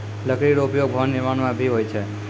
लकड़ी रो उपयोग भवन निर्माण म भी होय छै